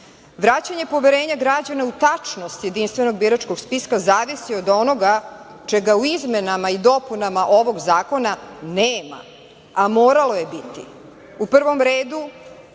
spiska. Vraćanje poverenja građana u tačnost Jedinstvenog biračkog spiska zavisi od onoga čega u izmenama i dopunama ovog zakona nema, a moralo je biti. U prvom redu